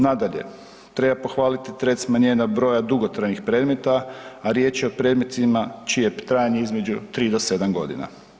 Nadalje, treba pohvaliti trend smanjenja broja dugotrajnih predmeta, a riječ je o predmetima čije je trajanje između tri do sedam godina.